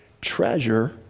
treasure